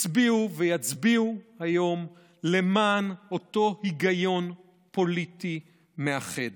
הצביעו ויצביעו היום למען אותו היגיון פוליטי מאחד.